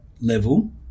level